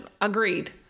agreed